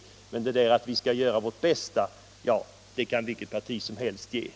Vilket parti som helst kan säga att ”vi skall göra vårt bästa” men det är ett vagt besked.